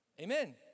amen